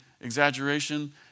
exaggeration